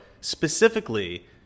specifically